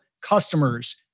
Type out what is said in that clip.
customers